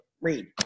read